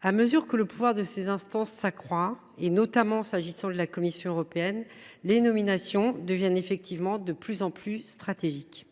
À mesure que le pouvoir de ces instances s’accroît, notamment celui de la Commission européenne, les nominations deviennent de plus en plus stratégiques.